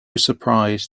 surprise